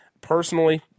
Personally